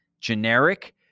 generic